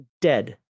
dead